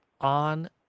on